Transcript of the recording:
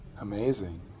Amazing